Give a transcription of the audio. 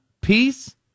peace